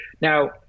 Now